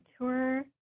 Tour